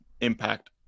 impact